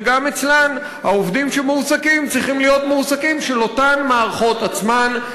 וגם אצלן העובדים שמועסקים צריכים להיות מועסקים של אותן מערכות עצמן.